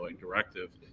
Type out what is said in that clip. directive